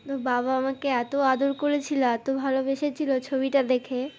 তো বাবা আমাকে এত আদর করেছিল এত ভালোবেসেছিলো ছবিটা দেখে